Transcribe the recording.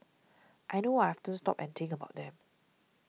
I know I often stop and think about them